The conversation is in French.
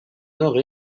nord